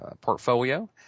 portfolio